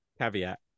caveat